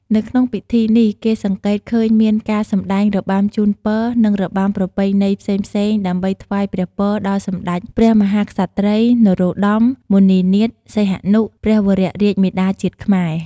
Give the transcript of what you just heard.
នៅក្នុងពិធីនេះគេសង្កេតឃើញមានការសម្តែងរបាំជូនពរនិងរបាំប្រពៃណីផ្សេងៗដើម្បីថ្វាយព្រះពរដល់សម្តេចព្រះមហាក្សត្រី នរោត្តម មុនិនាថ សីហនុ ព្រះវររាជមាតាជាតិខ្មែរ។